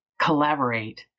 collaborate